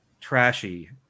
trashy